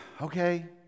okay